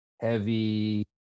heavy